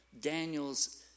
Daniel's